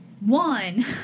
One